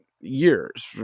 years